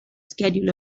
schedule